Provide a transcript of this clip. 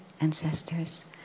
Ancestors